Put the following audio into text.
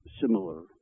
similar